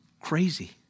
Crazy